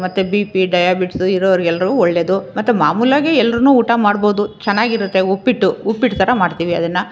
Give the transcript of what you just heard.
ಮತ್ತೆ B P diabetes ಇರೋರ್ಗೆ ಎಲ್ರಿಗೂ ಒಳ್ಳೇದು ಮತ್ತೆ ಮಾಮೂಲಾಗೆ ಎಲ್ಲರೂ ಊಟ ಮಾಡ್ಬೋದು ಚೆನ್ನಾಗಿರುತ್ತೆ ಉಪ್ಪಿಟ್ಟು ಉಪಿಟ್ಟು ಥರ ಮಾಡ್ತೀವಿ ಅದನ್ನು